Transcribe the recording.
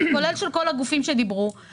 כולל של כל הגופים שדיברו,